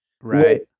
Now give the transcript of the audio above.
Right